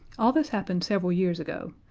all this happened several years ago,